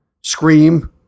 scream